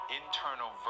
internal